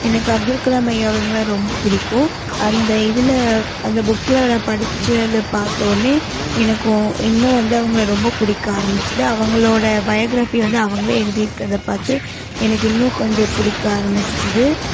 எனக்கு அப்துல்கலாம் ஐயா அவங்களை ரொம்ப பிடிக்கும் அந்த இதில் அந்த புக்கில் அவரை படித்து அதை பார்த்தோன்னே எனக்கு இன்னும் வந்து அவங்கள ரொம்ப பிடிக்க ஆரம்பிச்சிது அவங்களோடய பயோக்ராஃபி வந்து அவங்களே எழுதிருக்கிறத பார்த்து எனக்கு இன்னும் கொஞ்சம் பிடிக்க ஆரம்பிச்சுது